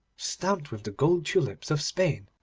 stamped with the gold tulips of spain,